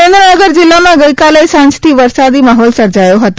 સુરેન્દ્રનગર જિલ્લામાં ગઈકાલે સાંજથી વરસાદી માહોલ સર્જાયો હતો